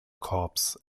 korps